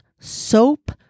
soap